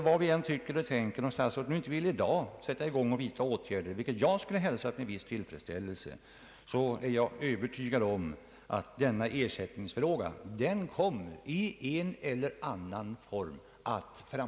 Vad vi än tycker och tänker och även om statsrådet inte i dag vill sätta i gång och vidta åtgärder — vilket jag skulle hälsa med viss tillfredsställelse — så är jag övertygad om att denna ersättning kommer att framtvingas i en eller annan form.